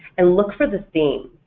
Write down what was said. and look for the theme.